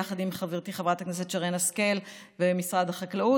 יחד עם חברתי חברת הכנסת שרן השכל ומשרד החקלאות.